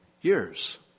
years